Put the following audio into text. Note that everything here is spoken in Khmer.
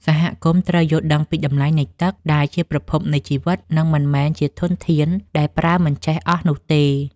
សហគមន៍ត្រូវយល់ដឹងពីតម្លៃនៃទឹកដែលជាប្រភពនៃជីវិត និងមិនមែនជាធនធានដែលប្រើមិនចេះអស់នោះទេ។